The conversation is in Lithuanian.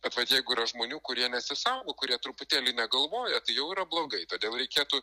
bet vat jeigu yra žmonių kurie nesisaugo kurie truputėlį negalvoja tai jau yra blogai todėl reikėtų